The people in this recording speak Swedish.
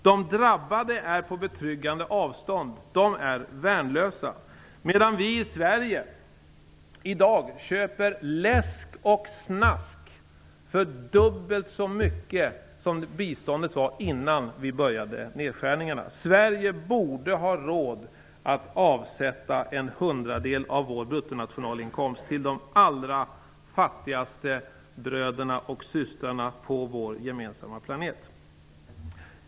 De drabbade är på betryggande avstånd. De är värnlösa, medan vi i Sverige i dag köper läsk och snask för dubbelt så mycket som bistånd var innan vi började nedskärningarna. Sverige borde ha råd att avsätta en hundradel av vår bruttonationalinkomst till de allra fattigaste bröderna och systrarna på vår gemensamma planet.